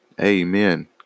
Amen